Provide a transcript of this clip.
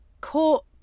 caught